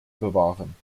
bewahren